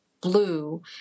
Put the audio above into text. blue